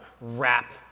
wrap